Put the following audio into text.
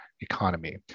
economy